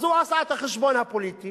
אז הוא עשה את החשבון הפוליטי